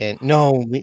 No